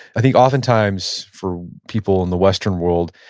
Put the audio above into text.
i think oftentimes for people in the western world,